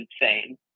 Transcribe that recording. insane